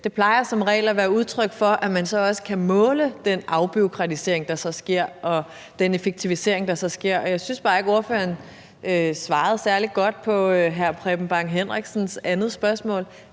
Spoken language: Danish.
plejer som regel at være udtryk for, at man så også kan måle den afbureaukratisering, der så sker, og den effektivisering, der sker. Og jeg synes bare ikke, at ordføreren svarede særlig godt på hr. Preben Bang Henriksens andet spørgsmål.